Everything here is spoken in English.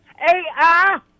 AI